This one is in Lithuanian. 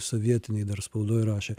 sovietinėj spaudoj rašė